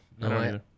No